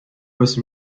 was